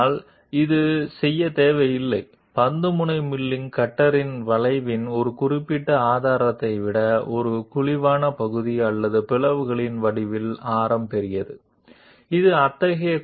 క్షితిజ సమాంతర అక్షం చుట్టూ తిప్పడం మరియు ఏ కాన్ఫిగరేషన్ను తీసుకోదు కాబట్టి ఇది ఈ వక్ర భాగాన్ని మెషిన్ చేయదు కానీ బంతి చివర వక్రత యొక్క నిర్దిష్ట వ్యాసార్థం కంటే పుటాకార భాగం లేదా పగులు యొక్క కర్వేచర్ యొక్క రేడియస్ పెద్దగా ఉంటే ఇది చేయవలసిన అవసరం లేదు